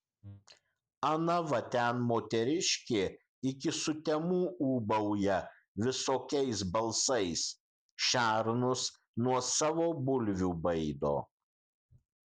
ana va ten moteriškė iki sutemų ūbauja visokiais balsais šernus nuo savo bulvių baido